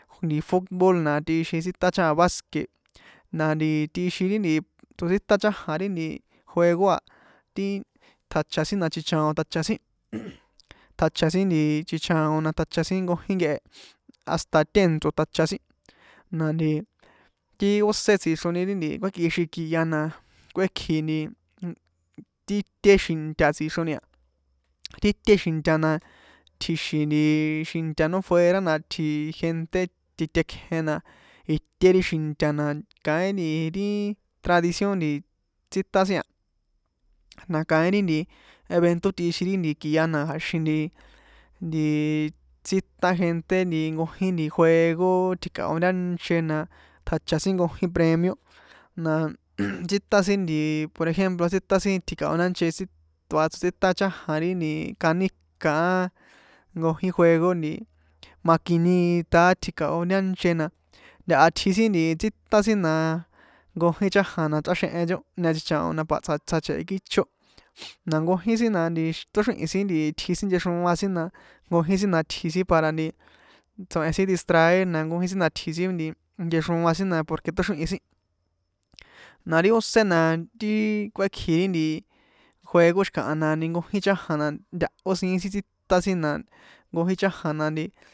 Nti futbol na tꞌixin chajan tsítan baske̱ na nti tꞌixin ri nti tsotsíta chajan ri nti juego a ti tsjacha sin na chichaon tjacha sin tjacha sin nti chichaon na tjacha sin nkojín nkehe hasta tèntso̱ tjacha sin na ti ósé tsixroni ri nti kuékꞌixin kia na kuékji ti té xinta tsixroni a ti té xinta na tji̱xi̱n nti xinta nó fuera na itji gente titekjen na ité ri xinta na kaín ti nti ti tradición tsítan sin a na kaín ri nti evento tꞌixin ri kia na kja̱xin ntii ntiii tsítan gente nti nkojin juego tji̱kaon ntanche na tjacha sin nkojin premio na tsítan sin por ejemplo tji̱kaon ntanche ri tsítan chajan ri nti kaníkaaá nkojin juego nti maquinitaá tji̱kaon ntanche na ntaha tji sin nti tsítan sin na nkojin chajan na chráxenhen nchóhña chichaon na pa tsja tsja̱che̱he kícho na nkojin sin na tóxrihi̱n sin nti itji sin nchexroan sin na nkojin sin na itji sin para tso̱hen sin distraer na nkojin sin na itji sin nchexroa sin na porque tóxrihi̱n sin na ti ósé na ti kuékji ri nti juego xi̱kaha na nkojin chajan na ntahó siín sin tsítan sin na nkojin chajan na nti.